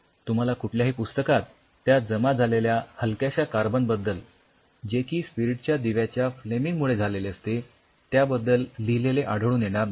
तुम्हाला कुठल्याही पुस्तकात त्या जमा झालेल्या हलक्याश्या कार्बन बद्दल जे की स्पिरिटच्या दिव्याच्या फ्लेमिंग मुळे झालेले असते त्याबद्दल लिहिलेले आढळून येणार नाही